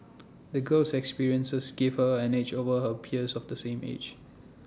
the girl's experiences gave her an edge over her peers of the same age